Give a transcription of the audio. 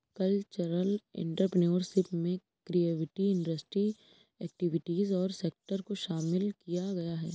cultural entrepreneurship में creative industry activities और sector को शामिल किया गया है